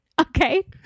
Okay